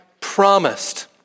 promised